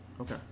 okay